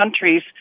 countries